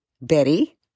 Betty